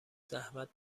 زحمت